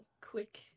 quick